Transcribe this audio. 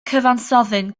cyfansoddyn